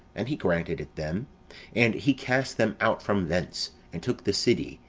and he granted it them and he cast them out from thence, and took the city,